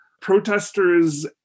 protesters